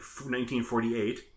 1948